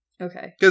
Okay